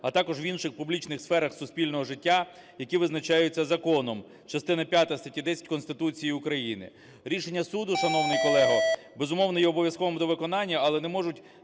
А також в інших публічних сферах суспільного життя, які визначаються законом, частина п'ята статті 10 Конституції України. Рішення суду, шановний колего, безумовно, є обов'язковим до виконання, але не можуть